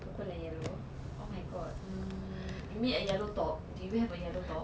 purple and yellow oh my god hmm you need a yellow top do you have a yellow top